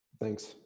Thanks